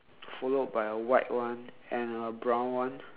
followed by a white one and a brown one